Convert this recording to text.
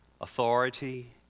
authority